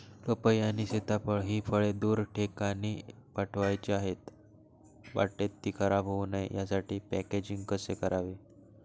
पपई आणि सीताफळ हि फळे दूर ठिकाणी पाठवायची आहेत, वाटेत ति खराब होऊ नये यासाठी पॅकेजिंग कसे करावे?